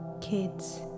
kids